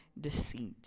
deceit